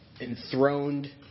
enthroned